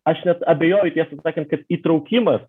aš net abejoju tiesą sakant kad įtraukimas